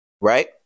Right